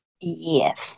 Yes